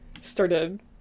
started